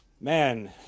man